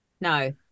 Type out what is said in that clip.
No